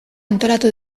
antolatu